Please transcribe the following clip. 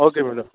okay madam